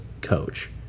coach